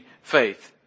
faith